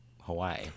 Hawaii